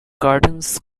curtains